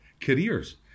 careers